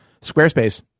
Squarespace